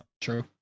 true